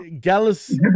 Gallus